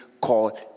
called